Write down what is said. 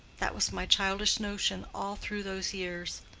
that was my childish notion all through those years.